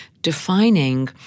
defining